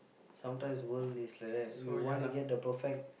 sometimes world is like that you want to get the perfect